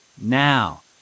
now